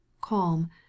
calm